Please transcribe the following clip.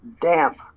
damp